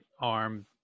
arm